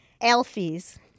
Alfie's